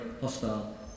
hostile